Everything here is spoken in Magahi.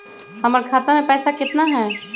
हमर खाता मे पैसा केतना है?